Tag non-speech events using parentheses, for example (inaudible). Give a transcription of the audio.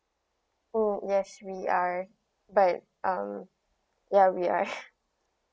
oh yes we are back um ya we are (laughs)